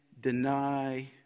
deny